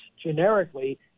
generically